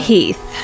Heath